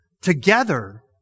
together